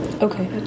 Okay